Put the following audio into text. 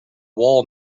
wall